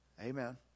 amen